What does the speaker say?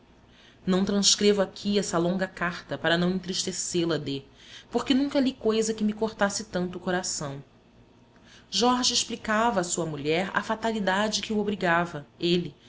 não transcrevo aqui essa longa carta para não entristecê la d porque nunca li coisa que me cortasse tanto o coração jorge explicava à sua mulher a fatalidade que o obrigava ele